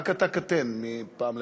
רק אתה קטן מפעם לפעם.